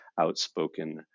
outspoken